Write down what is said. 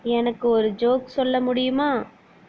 எனக்கு ஒரு ஜோக் சொல்ல முடியுமா